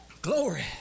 glory